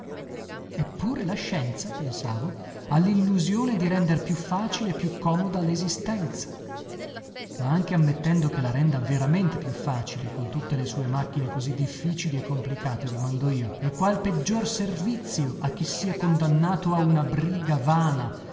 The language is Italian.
eppure la scienza pensavo ha lillusione di render più facile e più comoda lesistenza ma anche ammettendo che la renda veramente più facile con tutte le sue macchine così difficili e complicate domando io e qual peggior servizio a chi sia condannato a una briga vana